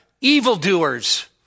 Evildoers